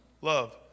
love